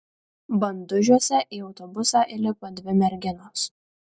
bandužiuose į autobusą įlipo dvi merginos